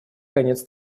конец